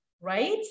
right